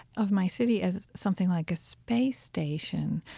of my city as something like a space station,